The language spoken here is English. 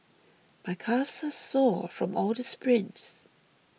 my calves are sore from all the sprints